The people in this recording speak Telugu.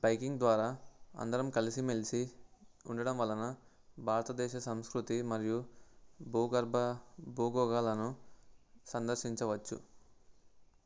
బైకింగ్ ద్వారా అందరం కలిసిమెలిసి ఉండడం వలన భారతదేశ సంస్కృతి మరియు భూగర్భ భూభాగాలను సందర్శించవచ్చు